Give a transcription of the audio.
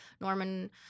Norman